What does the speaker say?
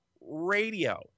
radio